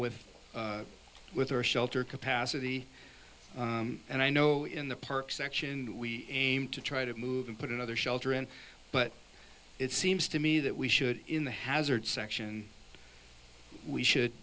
with with our shelter capacity and i know in the park section we aim to try to move in put another shelter in but it seems to me that we should in the hazard section we should